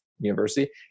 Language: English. university